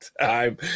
time